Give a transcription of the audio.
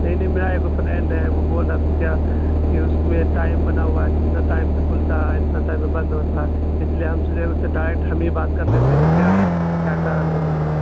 نہیں نہیں میرا ایک فرینڈ ہے وہ بول رہا تھا کیا کہ اس میں ٹائم بنا ہوا ہے کہ اتنا ٹائم پہ کھلتا ہے اتنا ٹائم پہ بند ہوتا ہے اس لیے ہم سوچے اس سے ڈائریکٹ ہم ہی بات کر لیتے ہیں کیا کیا کارن ہے نہیں ہے